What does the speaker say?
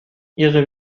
ihre